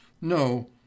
No